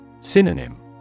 Synonym